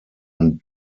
und